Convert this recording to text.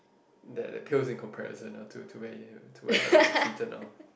that that pales in comparison ah to to where he to where I'm I'm seated now